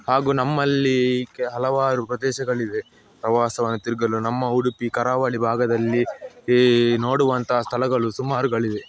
ಹಾಗೂ ನಮ್ಮಲ್ಲಿ ಕೆ ಹಲವಾರು ಪ್ರದೇಶಗಳಿವೆ ಪ್ರವಾಸವನ್ನು ತಿರುಗಲು ನಮ್ಮ ಉಡುಪಿ ಕರಾವಳಿ ಭಾಗದಲ್ಲಿ ಈ ನೋಡುವಂಥ ಸ್ಥಳಗಳು ಸುಮಾರುಗಳಿವೆ